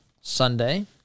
Sunday